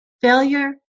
Failure